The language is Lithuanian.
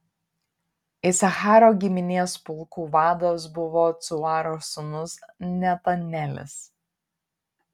isacharo giminės pulkų vadas buvo cuaro sūnus netanelis